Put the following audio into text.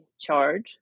Charge